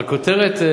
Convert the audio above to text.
הכותרת,